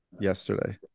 yesterday